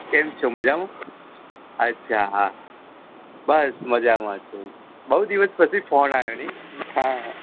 કેમ છો મજામાં અચ્છા હા બસ મજામાં છું બહુ દિવસ પછી ફોન આવ્યો નહીં હા